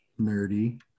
nerdy